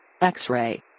X-ray